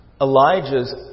Elijah's